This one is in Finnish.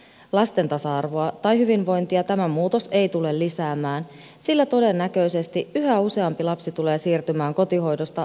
lasten tasa arvoa tai hyvinvointia tämä muutos ei tule lisäämään sillä todennäköisesti yhä useampi lapsi tulee siirtymään kotihoidosta päivähoidon piiriin